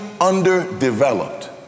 underdeveloped